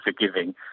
forgiving